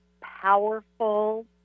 powerful